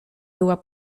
była